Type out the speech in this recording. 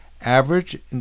Average